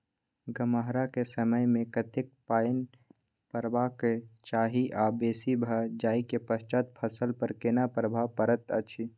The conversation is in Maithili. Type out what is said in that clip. गम्हरा के समय मे कतेक पायन परबाक चाही आ बेसी भ जाय के पश्चात फसल पर केना प्रभाव परैत अछि?